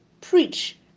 preach